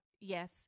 yes